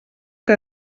que